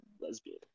lesbian